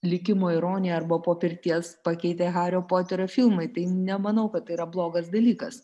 likimo ironiją arba po pirties pakeitė hario poterio filmai tai nemanau kad tai yra blogas dalykas